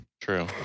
true